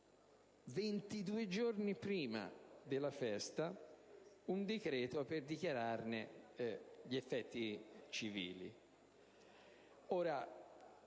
22 giorni prima della festa, un decreto per dichiararne gli effetti civili.